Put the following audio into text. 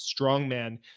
strongman